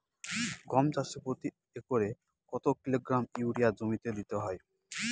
গম চাষে প্রতি একরে কত কিলোগ্রাম ইউরিয়া জমিতে দিতে হয়?